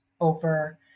over